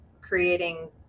creating